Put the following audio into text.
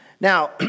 Now